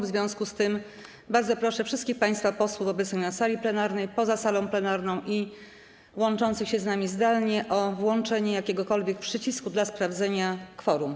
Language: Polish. W związku z tym bardzo proszę wszystkich państwa posłów obecnych na sali plenarnej, poza salą plenarną i łączących się z nami zdalnie o naciśnięcie jakiegokolwiek przycisku w celu sprawdzenia kworum.